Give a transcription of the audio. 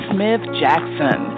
Smith-Jackson